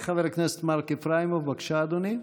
חבר הכנסת מרק איפראימוב, בבקשה, אדוני.